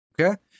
okay